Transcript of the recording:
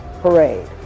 parade